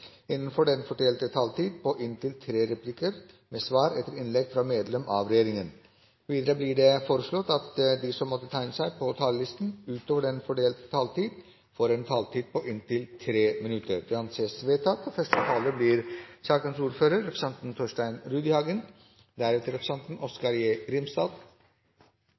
innenfor den fordelte taletid. Videre blir det foreslått at de som måtte tegne seg på talerlisten utover den fordelte taletid, får en taletid på inntil 3 minutter. – Det anses vedtatt. Det internasjonale engasjementet i Afghanistan har preget den internasjonale og